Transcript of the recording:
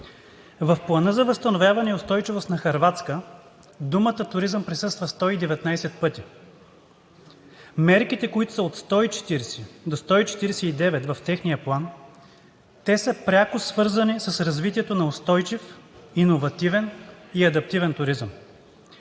В Плана за възстановяване и устойчивост на Хърватска думата „туризъм“ присъства 119 пъти. Мерките, които са от 140 до 149 в техния план, са пряко свързани с развитието на устойчив, иновативен и адаптивен туризъм.